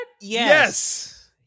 Yes